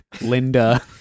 Linda